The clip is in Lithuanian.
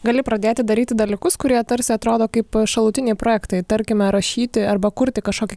gali pradėti daryti dalykus kurie tarsi atrodo kaip šalutiniai projektai tarkime rašyti arba kurti kažkokį